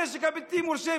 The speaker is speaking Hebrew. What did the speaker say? הנשק הבלתי-מורשה,